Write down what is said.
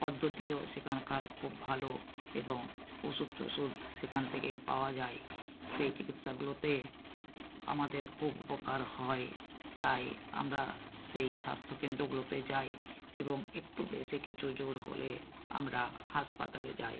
পদ্ধতিও সেখানকার খুব ভালো এবং ওষুধ টষুধ সেখান থেকেই পাওয়া যায় সেই চিকিৎসাগুলোতে আমাদের খুব উপকার হয় তাই আমরা সেই স্বাস্থ্যকেন্দ্রগুলোতে যাই এবং একটু বেশি কিছু জোর হলে আমরা হাসপাতালে যাই